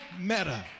Meta